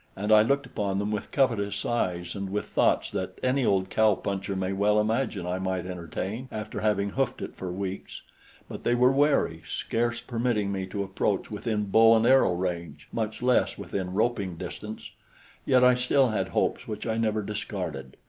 and i looked upon them with covetous eyes and with thoughts that any old cow-puncher may well imagine i might entertain after having hoofed it for weeks but they were wary, scarce permitting me to approach within bow-and-arrow range, much less within roping-distance yet i still had hopes which i never discarded.